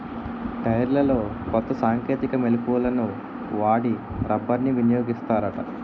టైర్లలో కొత్త సాంకేతిక మెలకువలను వాడి రబ్బర్ని వినియోగిస్తారట